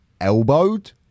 elbowed